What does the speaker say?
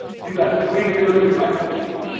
you've got three million black folk leaving.